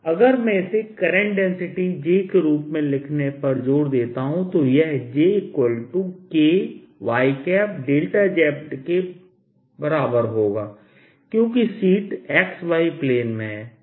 अगर मैं इसे करंट डेंसिटी J के रूप में लिखने पर जोर देता हूं तो यह JK y के बराबर होगा क्योंकि शीट x y प्लेन में है